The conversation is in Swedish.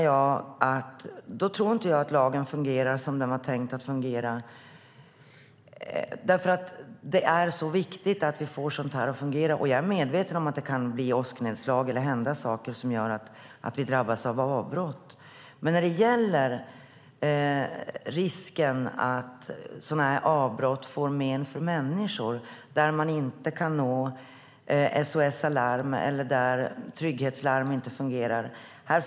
Jag tror därför inte att lagen fungerar som den är tänkt att fungera. Det är viktigt att vi får sådant här att fungera. Jag är medveten om att det kan bli åsknedslag eller hända saker som gör att vi drabbas av avbrott. Men det handlar också om risken att sådana här avbrott blir till men för människor så att man inte kan nå SOS Alarm eller så att trygghetslarm inte fungerar.